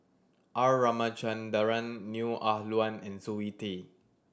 R Ramachandran Neo Ah Luan and Zoe Tay